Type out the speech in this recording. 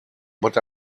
but